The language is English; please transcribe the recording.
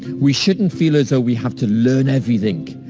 we shouldn't feel as though we have to learn everything.